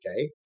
Okay